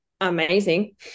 amazing